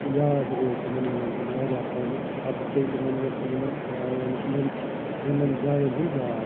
یاد روزِ تِمن یِمن ہُنٛد واریاہَس ٹایمَس پَتہٕ پیٚیہِ یِمن یہِ یِمن ٲں یعنی کہِ ییٚمہِ یِمَن جایَن ہُنٛد یاد